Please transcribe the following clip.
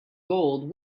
gold